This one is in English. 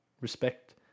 Respect